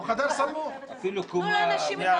תנו לאנשים.